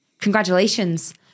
congratulations